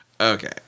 Okay